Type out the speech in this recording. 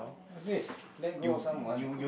what's this let go of someone